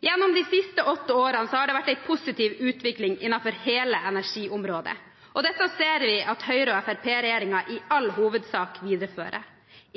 Gjennom de siste åtte årene har det vært en positiv utvikling innenfor hele energiområdet, og dette ser vi at Høyre–Fremskrittsparti-regjeringen i all hovedsak viderefører: